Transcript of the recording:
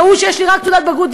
ראו שיש לי רק תעודת בגרות,